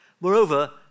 Moreover